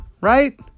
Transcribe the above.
right